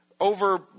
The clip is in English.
over